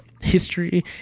history